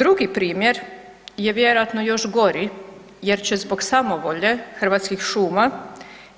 Drugi primjer je vjerojatno još gori jer će zbog samovolje Hrvatskih šuma